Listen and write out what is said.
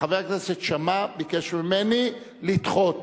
חבר הכנסת שאמה ביקש ממני לדחות.